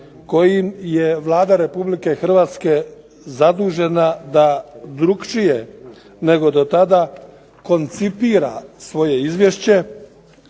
kojim je Vlada Republike Hrvatske zadužena da drugačije nego do tada koncipira svoje izvješće.